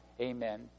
amen